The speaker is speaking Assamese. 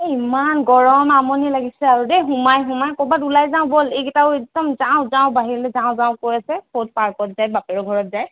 ঐ ইমান গৰম আমনি লাগিছে আৰু দেই সোমাই সোমাই ক'ৰবাত ওলাই যাওঁ ব'ল এইকেইটাও একদম যাওঁ যাওঁ বাহিৰলৈ যাওঁ যাওঁ কৈ আছে ক'ত পাৰ্কত যায় বাপেৰৰ ঘৰত যায়